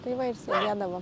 tai va ir sėdėdavo